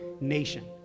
nation